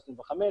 25,